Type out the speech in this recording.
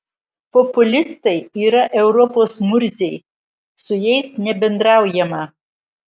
populistai yra europos murziai su jais nebendraujama